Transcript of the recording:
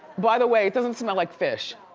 by the way, it doesn't smell like fish.